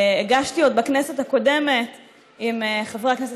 שהגשתי עוד בכנסת הקודמת עם חברי הכנסת